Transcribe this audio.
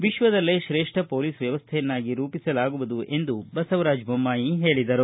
ವಿಶ್ವದಲ್ಲೇ ತ್ರೇಷ್ಠ ಪೊಲೀಸ್ ವ್ಯವಸ್ಥೆಯನ್ನಾಗಿ ರೂಪಿಸಲಾಗುವುದು ಎಂದು ಬಸವರಾಜ ಬೊಮ್ಜಾಯಿ ಹೇಳಿದರು